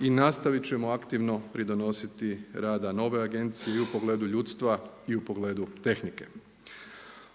i nastavit ćemo aktivno pridonositi radu nove agencije i u pogledu ljudstva i u pogledu tehnike.